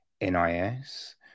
NIS